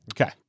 Okay